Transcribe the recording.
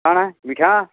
କା'ଣା ମିଠା